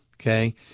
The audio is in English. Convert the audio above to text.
Okay